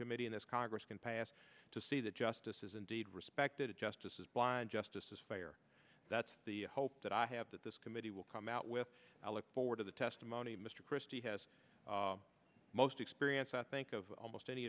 this congress can pass to see that justice is indeed respected a justice is blind justice is fair that's the hope that i have that this committee will come out with i look forward to the testimony of mr christie has the most experience i think of almost any